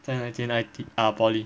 在哪一间 I_T ah poly